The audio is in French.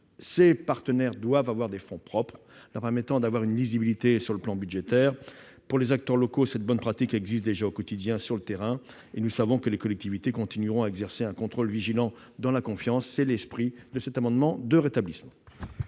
Ces partenaires doivent disposer de fonds propres afin d'avoir une visibilité budgétaire. Pour les acteurs locaux, cette bonne pratique existe déjà au quotidien sur le terrain. Nous savons que les collectivités continueront à exercer un contrôle vigilant, dans la confiance. Tel est l'esprit de cet amendement de rétablissement.